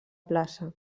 plaça